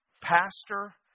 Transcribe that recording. pastor